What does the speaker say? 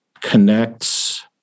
connects